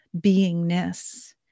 beingness